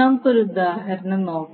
ഒരു ഉദാഹരണം നോക്കാം